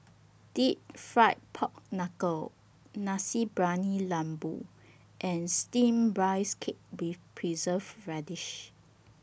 Deep Fried Pork Knuckle Nasi Briyani Lembu and Steamed Rice Cake with Preserved Radish